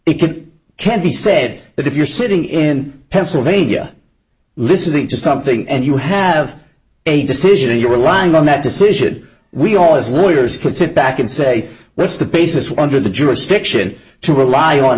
it can be said that if you're sitting in pennsylvania listening to something and you have a decision and you're relying on that decision we all as well yours could sit back and say that's the basis we're under the jurisdiction to rely on